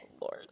Lord